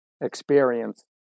experience